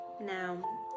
now